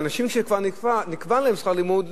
אנשים שכבר נקבע להם שכר לימוד,